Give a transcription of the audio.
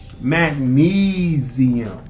magnesium